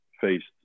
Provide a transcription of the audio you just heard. faced